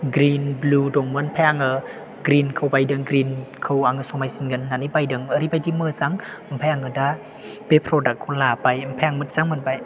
green blue दंमोन ओमफ्राय आं ग्रिनखौ बायदों ग्रिनखौ आं समायसिनगोन होननानै बायदों ओरैबायदि मोजां ओमफ्राय आं दा बे प्रदाक्तखौ लाबाय ओमफ्राय आं मोजां मोनबाय